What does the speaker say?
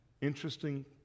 interesting